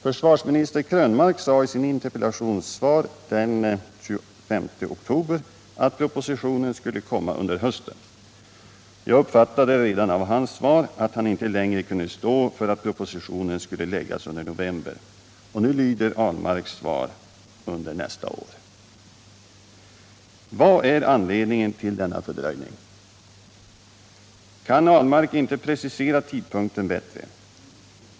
Försvarsminister Krönmark sade i sitt interpellationssvar den 25 oktober att propositionen skulle komma under hösten. Jag uppfattade redan av hans svar att han inte längre kunde stå för att propositionen skulle läggas under november. Nu lyder Per Ahlmarks svar ”under nästa år”. Vad är anledningen till denna fördröjning? Kan Per Ahlmark inte precisera tidpunkten bättre?